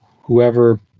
Whoever